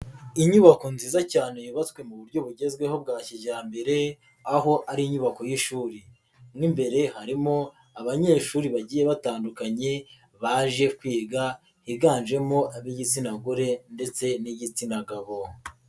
Inyubako nziza cyane yubatswe mu buryo bugezweho bwa kijyambere, aho ari inyubako y'ishuri. Mo imbere harimo abanyeshuri bagiye batandukanye baje kwiga, higanjemo ab'igitsina gore ndetse n'igitsina gabo.